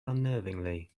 unnervingly